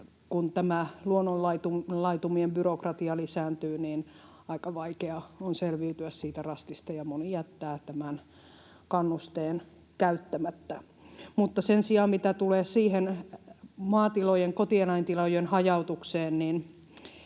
tämä luonnonlaitumien byrokratia lisääntyy, niin aika vaikea on selviytyä siitä rastista, ja moni jättää tämän kannusteen käyttämättä. Sen sijaan mitä tulee kotieläintilojen hajautukseen,